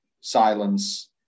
Silence